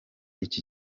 iki